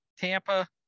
Tampa